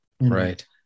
right